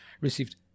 received